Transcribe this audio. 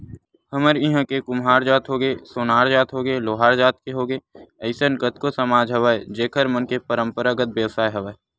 हमर इहाँ के कुम्हार जात होगे, सोनार जात होगे, लोहार जात के होगे अइसन कतको समाज हवय जेखर मन के पंरापरागत बेवसाय हवय